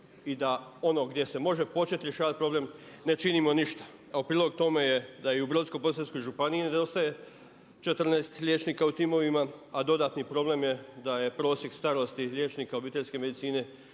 i da ono gdje se može početi rješavati problem, ne činimo ništa a u prilog tome je da i u Brodsko-posavskoj županiji nedostaje 14 liječnika u timovima a dodatni problem je da je prosjek starosti liječnika obiteljske medicine